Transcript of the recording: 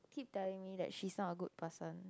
keep telling me that she's not a good person